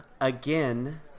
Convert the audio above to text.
again